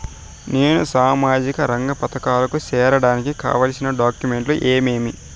నేను సామాజిక రంగ పథకాలకు సేరడానికి కావాల్సిన డాక్యుమెంట్లు ఏమేమీ?